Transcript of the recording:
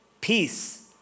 Peace